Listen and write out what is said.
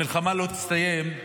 המלחמה לא תסתיים,